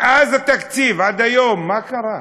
מאז התקציב ועד היום, מה קרה?